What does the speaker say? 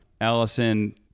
Allison